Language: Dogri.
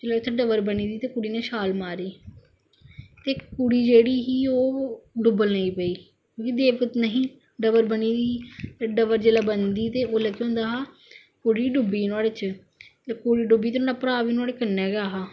जिसलै इत्थे डबर बनी दी ते कुड़ी ने छाल मारी इक कुड़ी जेहड़ी ही ओह् डुबन लेई पेई देवक नेई ही डबर बनी दी ही डवर जिसलै बनदी ते उसलै केह् होंदा कुड़ी डुब्बी नुआढ़े च ते कुड़ी डुब्बी ते नुआढ़ा भ्रा बी नुआढ़े कन्नै गै हा